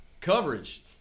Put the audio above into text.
coverage